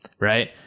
right